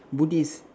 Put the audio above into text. buddhist